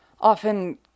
often